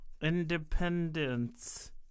Independence